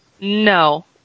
No